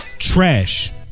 Trash